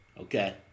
Okay